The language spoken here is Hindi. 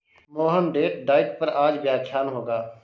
मोहन डेट डाइट पर आज व्याख्यान होगा